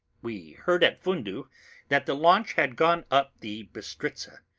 we heard at fundu that the launch had gone up the bistritza.